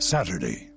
Saturday